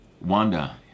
Wanda